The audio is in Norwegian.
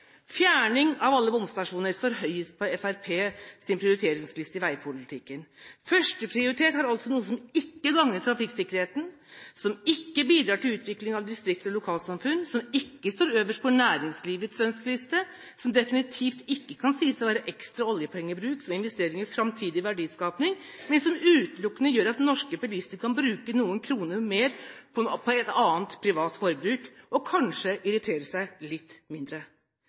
Fjerning av alle bomstasjoner står høyest på Fremskrittspartiets prioriteringsliste i veipolitikken. Førsteprioritet er altså noe som ikke gagner trafikksikkerheten, som ikke bidrar til utvikling av distrikts- og lokalsamfunn, som ikke står øverst på næringslivets ønskeliste, som definitivt ikke kan sies å være ekstra oljepengebruk for investering i framtidig verdiskaping, men som utelukkende gjør at norske bilister kan bruke noen kroner mer på annet privat forbruk, og kanskje irritere seg litt mindre.